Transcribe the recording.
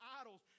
idols